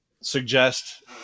suggest